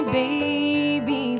baby